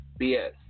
BS